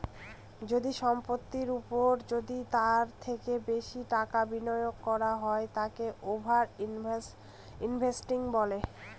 যদি সম্পত্তির ওপর যদি তার থেকে বেশি টাকা বিনিয়োগ করা হয় তাকে ওভার ইনভেস্টিং বলে